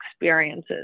experiences